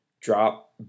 drop